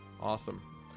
Awesome